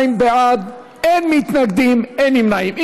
42 בעד, אין מתנגדים, אין נמנעים.